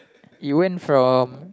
it went from